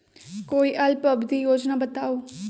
कोई अल्प अवधि योजना बताऊ?